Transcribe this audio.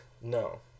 No